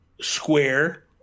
Square